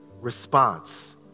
response